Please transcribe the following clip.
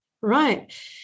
Right